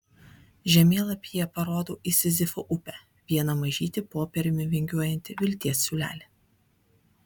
žemėlapyje parodau į sizifo upę vieną mažytį popieriumi vingiuojantį vilties siūlelį